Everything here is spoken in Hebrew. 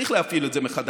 צריך להפעיל את זה מחדש,